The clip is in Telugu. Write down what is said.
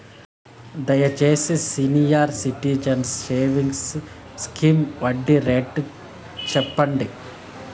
దయచేసి సీనియర్ సిటిజన్స్ సేవింగ్స్ స్కీమ్ వడ్డీ రేటు సెప్పండి